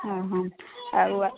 ହଁ ହଁ ଆଉ